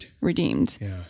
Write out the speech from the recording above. redeemed